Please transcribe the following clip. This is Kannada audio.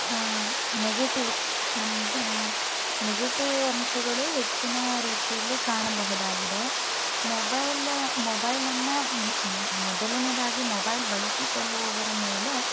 ನೆಗೆಟಿವ್ ಅಂದ ನೆಗೆಟಿವ್ ಅಂಶಗಳು ಹೆಚ್ಚಿನ ರೀತಿಯಲ್ಲಿ ಕಾಣಬಹುದಾಗಿದೆ ಮೊಬೈಲ್ ಮೊಬೈಲನ್ನು ಮೊದಲನೇದಾಗಿ ಮೊಬೈಲ್ ಬಳಸಿಕೊಳ್ಳುವವರ ಮೇಲೆ